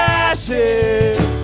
ashes